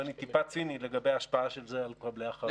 אם אני טיפה ציני לגבי השפעה של זה על מקבלי החלטות.